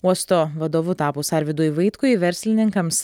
uosto vadovu tapus arvydui vaitkui verslininkams